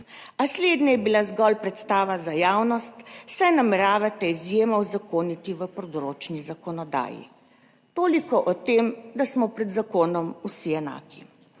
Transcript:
A slednje je bilo zgolj predstava za javnost, saj nameravate izjemo uzakoniti v področni zakonodaji. Toliko o tem, da smo pred zakonom vsi enaki.